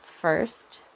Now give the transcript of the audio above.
first